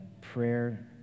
prayer